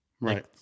Right